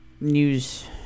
news